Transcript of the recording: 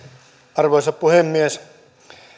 arvoisa puhemies